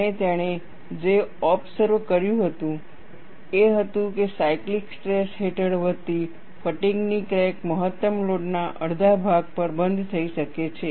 અને તેણે જે ઓબસર્વ કર્યું તે એ હતું કે સાયકલીક સ્ટ્રેસ હેઠળ વધતી ફટીગ ની ક્રેક મહત્તમ લોડ ના અડધા ભાગ પર બંધ થઈ શકે છે